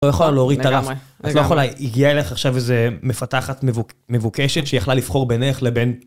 את לא יכולה להוריד את הרף. את לא יכולה, תגיע אליך עכשיו איזה מפתחת מבוקשת שיכולה לבחור ביניך לבין...